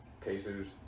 Pacers